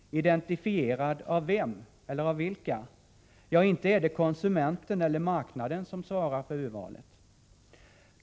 Identifierad av vem, eller av vilka? Ja, inte är det konsumenten eller marknaden som svarar för urvalet.